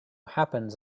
happens